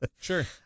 Sure